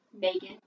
Megan